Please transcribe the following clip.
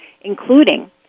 including